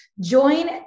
Join